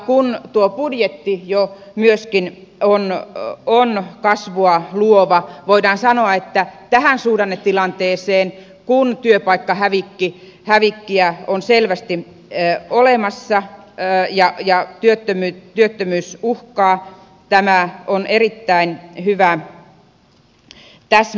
kun tuo budjetti jo myöskin on kasvua luova voidaan sanoa että tähän suhdannetilanteeseen kun työpaikkahävikkiä on selvästi olemassa ja työttömyys uhkaa tämä on erittäin hyvä täsmäelvytys